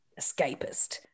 escapist